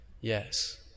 Yes